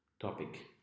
topic